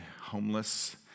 homeless